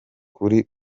kuri